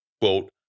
Quote